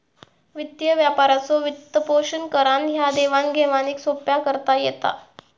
वित्तीय व्यापाराचो वित्तपोषण करान ह्या देवाण घेवाणीक सोप्पा करता येता